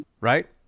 right